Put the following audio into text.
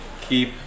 keep